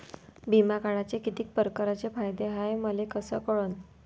बिमा काढाचे कितीक परकारचे फायदे हाय मले कस कळन?